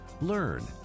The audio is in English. Learn